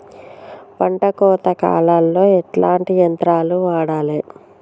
పంట కోత కాలాల్లో ఎట్లాంటి యంత్రాలు వాడాలే?